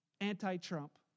anti-Trump